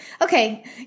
okay